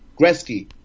Gretzky